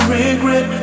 regret